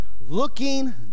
Looking